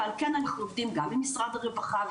ועל כן אנחנו עובדים גם עם משרד הרווחה,